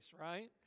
right